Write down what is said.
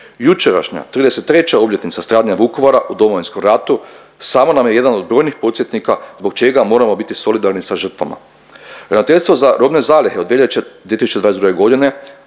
Jučerašnja 33. obljetnica stradanja Vukovara u Domovinskom ratu samo nam je jedan od brojnih podsjetnika zbog čega moramo biti solidarni sa žrtvama. Ravnateljstvo za robne zalihe od veljače 2022.g.